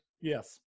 Yes